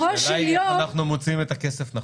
השאלה היא איך מוציאים את הכסף הנכון.